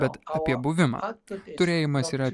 bet apie buvimą turėjimas yra